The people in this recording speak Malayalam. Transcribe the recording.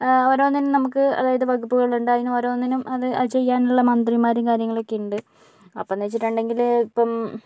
ഓരോന്നിനും നമുക്ക് അതാത് വകുപ്പുകളുണ്ട് അതിനു ഓരോന്നിനും അത് അത് ചെയ്യാനുള്ള മന്ത്രിമാരും കാര്യങ്ങളൊക്കെയുണ്ട് അപ്പോന്നു വെച്ചിട്ടുണ്ടെങ്കില് ഇപ്പം